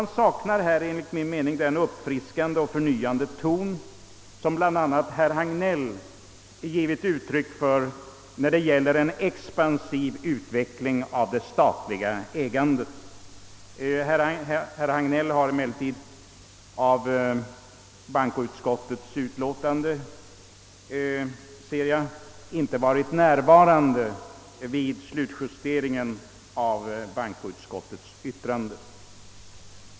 I bankoutskottets utlåtande saknar jag den uppfriskande och förnyade ton, som präglat bl.a. herr Hagnells uttalanden i fråga om expansiv utveckling av det statliga ägandet. Jag ser emellertid att herr Hagnell inte varit närvarande vid slutjusteringen av bankoutskottets utlåtande.